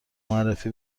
معرف